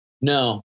No